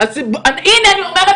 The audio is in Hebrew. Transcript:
הנה אני אומרת לך,